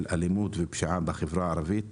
של אלימות ופשיעה בחברה הערבית,